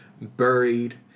buried